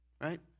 Right